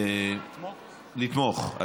לתמוך.